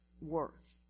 worth